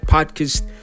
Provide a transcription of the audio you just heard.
Podcast